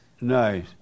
Nice